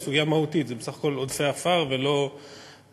זאת סוגיה מהותית: זה בסך הכול עודפי עפר ולא פסולת,